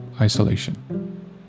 isolation